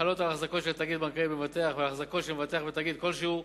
החלות על החזקות של תאגיד בנקאי במבטח ועל החזקות של מבטח בתאגיד כלשהו,